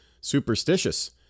superstitious